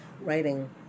writing